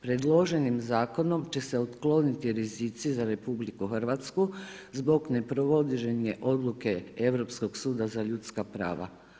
Predloženim Zakonom će se otkloniti rizici za RH zbog neprovođenja odluke Europskog suda za ljudska prava.